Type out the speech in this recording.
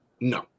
no